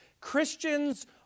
Christians